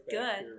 good